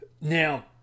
now